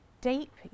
deep